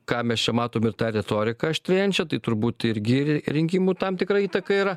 ką mes čia matom ir tą retoriką aštrėjančią tai turbūt irgi ri rinkimų tam tikra įtaka yra